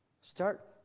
Start